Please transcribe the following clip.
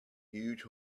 huge